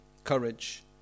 Courage